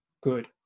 good